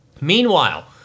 Meanwhile